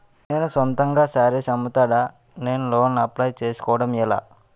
నేను సొంతంగా శారీస్ అమ్ముతాడ, నేను లోన్ అప్లయ్ చేసుకోవడం ఎలా?